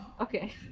okay